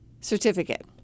certificate